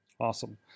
Awesome